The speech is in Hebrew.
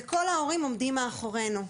וכל ההורים עומדים מאחורינו.